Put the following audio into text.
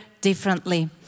differently